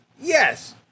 yes